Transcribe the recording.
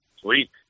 Sweet